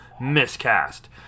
Miscast